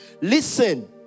Listen